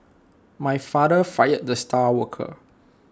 my father fired the star worker